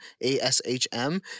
A-S-H-M